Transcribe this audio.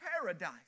paradise